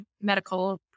medical